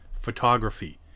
Photography